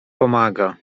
pomaga